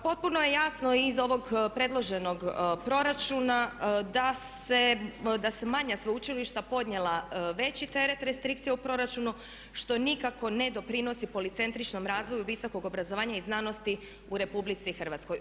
Potpuno je jasno i iz ovog predloženog proračuna da su manja sveučilišta podnijela veći teret restrikcije u proračunu što nikako ne doprinosi policentričnom razvoju visokog obrazovanja i znanosti u RH.